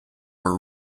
were